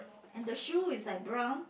and the shoe is like brown